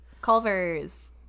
Culvers